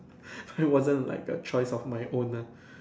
it wasn't like a choice of my own nah